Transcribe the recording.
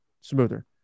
smoother